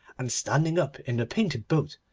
and standing up in the painted boat,